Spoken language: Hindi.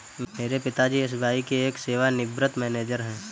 मेरे पिता जी एस.बी.आई के एक सेवानिवृत मैनेजर है